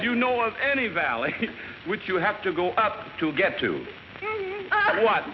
you know of any valley which you have to go up to get to